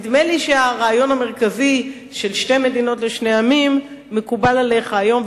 נדמה לי שהרעיון המרכזי של שתי מדינות לשני עמים מקובל עליך היום,